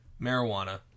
Marijuana